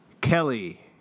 Kelly